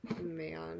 man